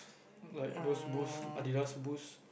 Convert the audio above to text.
like those boost Adidas boost